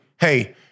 hey